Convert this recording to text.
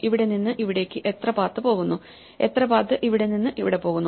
ഇവിടെ നിന്ന് ഇവിടേക്ക് എത്ര പാത്ത് പോകുന്നു എത്ര പാത്ത് ഇവിടെ നിന്ന് ഇവിടെ പോകുന്നു